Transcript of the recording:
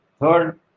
third